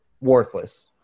worthless